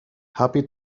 happy